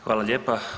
Hvala lijepa.